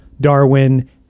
Darwin